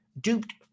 duped